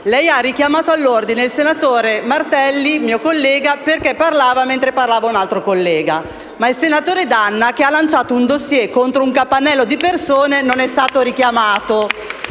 lei ha richiamato all'ordine il senatore Martelli, perché parlava mentre parlava un altro collega, ma il senatore D'Anna, che ha lanciato un *dossier* contro un capannello di persone, non è stato richiamato.